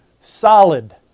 Solid